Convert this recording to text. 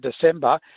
December